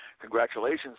Congratulations